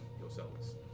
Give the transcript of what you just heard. yourselves